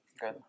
good